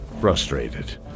Frustrated